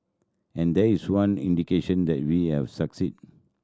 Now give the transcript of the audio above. and there is one indication that we have succeed